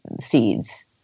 seeds